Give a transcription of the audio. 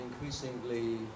increasingly